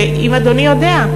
אם אדוני יודע,